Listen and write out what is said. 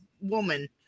woman